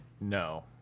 No